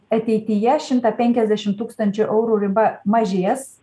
ateityje šimtą penkiasdešim tūkstančių eurų riba mažės